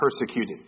persecuted